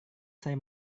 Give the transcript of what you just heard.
saya